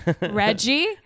Reggie